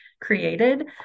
created